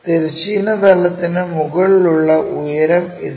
തിരശ്ചീന തലത്തിന് മുകളിലുള്ള ഉയരം ഇതാണ്